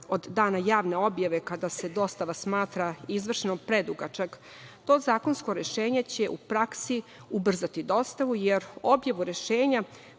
od dana javne objave kada se dostava smatra izvršenom predugačak, to zakonsko rešenje će u praksi ubrzati dostavu, jer objavu rešenja